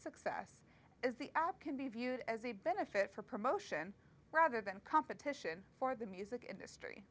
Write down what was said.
success as the app can be viewed as a benefit for promotion rather than competition for the music industry